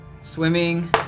swimming